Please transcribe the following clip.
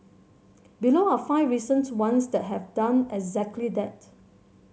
below are five recent ones that have done exactly that